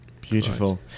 Beautiful